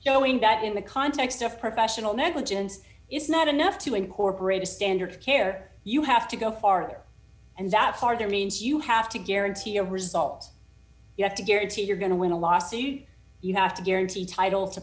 showing that in the context of professional negligence it's not enough to incorporate a standard of care you have to go farther and that farther means you have to guarantee a result you have to guarantee you're going to win a lawsuit you have to guarantee title to